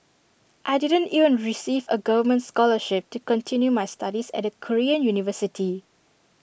I didn't even receive A government scholarship to continue my studies at A Korean university